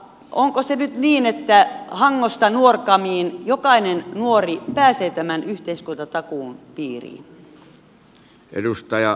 onko se nyt niin että hangosta nuorgamiin jokainen nuori pääsee tämän yhteiskuntatakuun piiriin